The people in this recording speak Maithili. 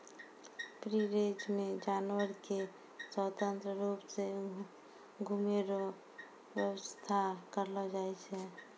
फ्री रेंज मे जानवर के स्वतंत्र रुप से घुमै रो व्याबस्था करलो जाय छै